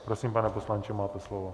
Prosím, pane poslanče, máte slovo.